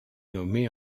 nommée